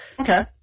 Okay